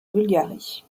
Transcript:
bulgarie